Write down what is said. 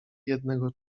jednego